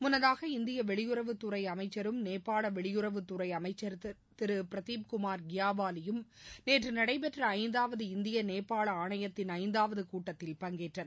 முன்னதாக இந்திய வெளியறவுத்துறை அமைச்சரும் நேபாள வெளியுறவுத்துறை அமைச்சர் திரு பிரதீப்குமார் கியாவளியும் நேற்று நடைபெற்ற ஐந்தாவது இந்திய நேபாள ஆணையத்தின் ஐந்தாவது கூட்டத்தில் பங்கேற்றனர்